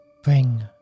Bring